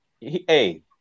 Hey